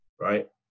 right